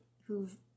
who've